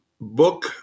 book